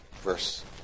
verse